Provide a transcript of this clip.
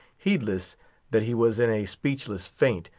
heedless that he was in a speechless faint,